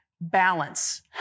balance